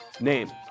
name